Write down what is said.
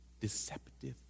deceptive